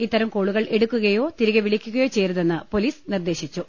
ഇത്തരം കോളു കൾ എടുക്കുകയോ തിരികെ വിളിക്കുകയോ ചെയ്യരുതെന്ന് പൊലീസ് നിർദ്ദേശിച്ചു